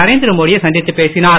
நரேந்திர மோடியை சந்தித்து பேசினார்